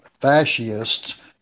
fascists